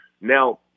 Now